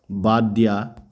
বাদ দিয়া